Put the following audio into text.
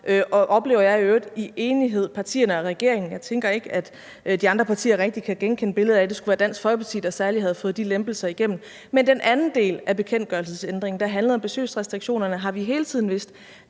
og, oplever jeg, i øvrigt i enighed, partierne og regeringen. Jeg tænker, at de andre partier ikke rigtig kan genkende billedet af, at det skulle være Dansk Folkeparti, der særlig havde fået de lempelser igennem. Men den anden del af bekendtgørelsesændringen, der handler om besøgsrestriktionerne, har vi hele tiden vidst